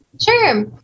Sure